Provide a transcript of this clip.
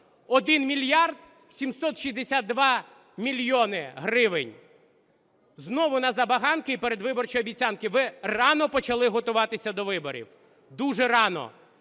1 мільярд 762 мільйони гривень, знову на забаганки і передвиборчі обіцянки. Ви рано почали готуватися до виборів, дуже рано.